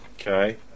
okay